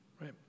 Right